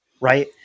right